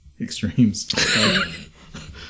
Extremes